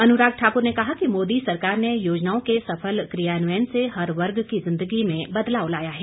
अनुराग ठाकुर ने कहा कि मोदी सरकार ने योजनाओं के सफल क्रियान्वयन से हर वर्ग की जिन्दगी में बदलाव आया है